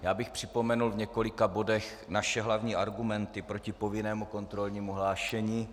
Já bych připomenul v několika bodech naše hlavní argumenty proti povinnému kontrolnímu hlášení.